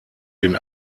den